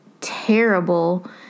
terrible